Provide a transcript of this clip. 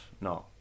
No